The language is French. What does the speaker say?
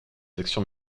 actions